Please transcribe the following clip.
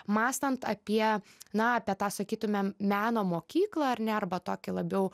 mąstant apie na apie tą sakytumėm meno mokyklą ar ne arba tokį labiau